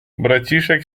braciszek